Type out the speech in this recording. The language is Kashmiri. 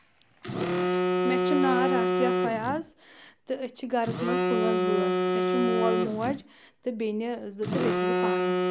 مےٚ چھِ ناو رافیا فیاض تہٕ أسۍ چھِ گَرَس منٛز پانٛژھ بٲژ مےٚ چھُ مول موج تہٕ بیٚنہِ زٕ تہٕ بیٚیہِ چھَس بہٕ پانہٕ